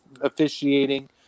officiating